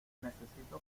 necesito